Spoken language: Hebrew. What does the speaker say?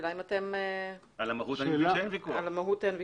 על המהות אין ויכוח.